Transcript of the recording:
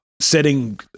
setting